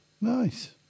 Nice